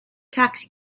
taxi